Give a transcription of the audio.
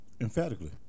Emphatically